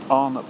on